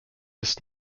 ist